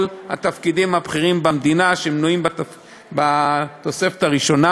התפקידים הבכירים במדינה שמנויים בתוספת הראשונה.